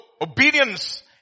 obedience